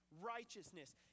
righteousness